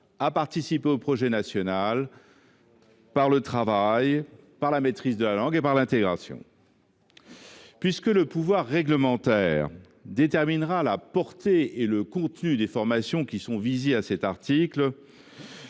à participer au projet national par le travail, par la maîtrise de la langue et par l’intégration. Puisque le pouvoir réglementaire déterminera la portée et le contenu des formations qui sont visées à cet article,